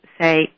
Say